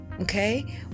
Okay